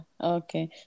okay